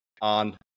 on